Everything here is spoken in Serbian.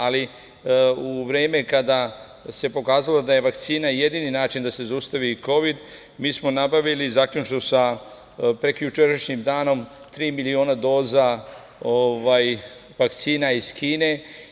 Ali, u vreme kada se pokazalo da je vakcina jedini način da se zaustavi kovid, mi smo nabavili zaključno sa prekjučerašnjim danom tri miliona doza vakcina iz Kine.